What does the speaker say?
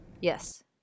Yes